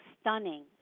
stunning